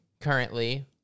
currently